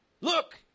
Look